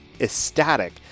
ecstatic